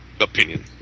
opinion